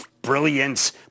brilliance